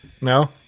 No